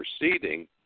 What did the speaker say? proceeding